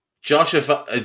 Joshua